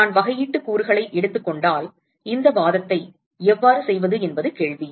எனவே நான் வகையீட்டு கூறுகளை எடுத்துக் கொண்டால் இந்த வாதத்தை எவ்வாறு செய்வது என்பது கேள்வி